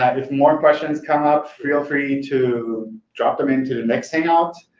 and if more questions come up, feel free to drop them into the next hangout.